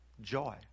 joy